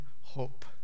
hope